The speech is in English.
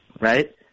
right